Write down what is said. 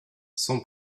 son